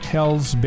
Hells